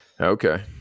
Okay